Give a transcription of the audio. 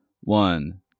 One